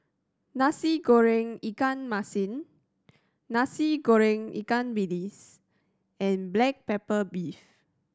Nasi Goreng ikan masin Nasi Goreng ikan bilis and black pepper beef